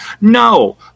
No